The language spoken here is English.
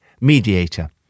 mediator